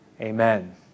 Amen